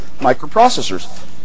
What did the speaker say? microprocessors